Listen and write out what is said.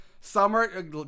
summer